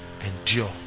endure